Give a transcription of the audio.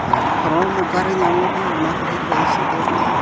ᱟᱨ ᱚᱠᱟᱨᱮ ᱧᱟᱢᱚᱜᱼᱟ ᱚᱱᱟ ᱠᱟᱹᱴᱤᱡ ᱞᱟᱹᱭ ᱥᱚᱫᱚᱨ ᱵᱤᱱ